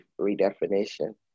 redefinition